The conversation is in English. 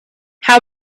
how